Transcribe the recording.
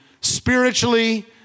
spiritually